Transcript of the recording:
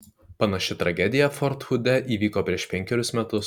panaši tragedija fort hude įvyko prieš penkerius metus